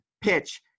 pitch